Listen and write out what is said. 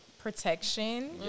protection